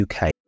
UK